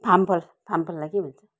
फामफल फामफललाई के भन्छ